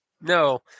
No